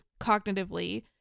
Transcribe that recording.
cognitively